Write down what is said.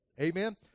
Amen